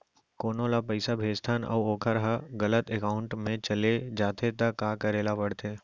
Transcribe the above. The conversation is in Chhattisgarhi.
कोनो ला पइसा भेजथन अऊ वोकर ह गलत एकाउंट में चले जथे त का करे ला पड़थे?